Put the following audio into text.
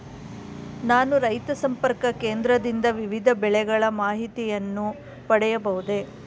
ನಾನು ರೈತ ಸಂಪರ್ಕ ಕೇಂದ್ರದಿಂದ ವಿವಿಧ ಬೆಳೆಗಳ ಮಾಹಿತಿಯನ್ನು ಪಡೆಯಬಹುದೇ?